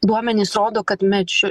duomenys rodo kad medž